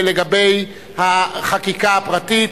החקיקה הפרטית.